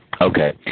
Okay